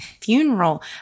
funeral